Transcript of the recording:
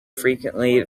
frequently